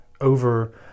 over